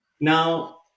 Now